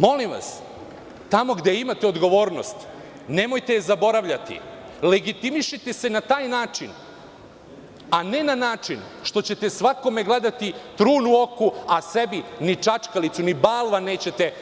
Molim vas, tamo gde imate odgovornost, nemojte zaboravljati, legitimišite se na taj način, a ne na način što ćete svakome gledati trun u oku, a sebi ni čačkalicu, ni balvan nećete